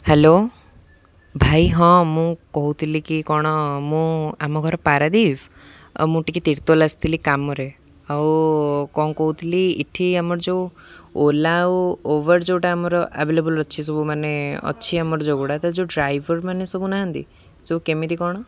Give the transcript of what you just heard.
hello ଭାଇ ହଁ ମୁଁ କହୁଥିଲି କି କଣ ମୁଁ ଆମ ଘର ପାରାଦୀପ ଆଉ ମୁଁ ଟିକେ ତୀର୍ତଲ ଆସିଥିଲି କାମରେ ଆଉ କଣ କହୁଥିଲି ଏଠି ଆମର ଯୋଉ ଓଲା ଆଉ ଓଭର ଯୋଉଟା ଆମର ଆଭେଲେବଲ ଅଛି ସବୁ ମାନେ ଅଛି ଆମର ଯୋଉଗୁଡ଼ା ତା ଯୋଉ ଡ୍ରାଇଭର ମାନେ ସବୁ ନାହାନ୍ତି ଯୋଉ କେମିତି କ'ଣ